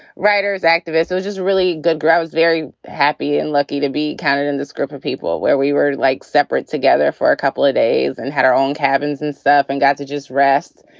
writers, activists, it was just really good. i was very happy and lucky to be counted in this group of people where we were like separate together for a couple of days and had our own cabins and stuff and got to just rest.